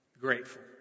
Grateful